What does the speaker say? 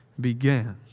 began